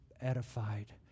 edified